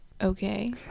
Okay